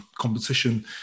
competition